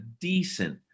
decent